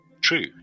true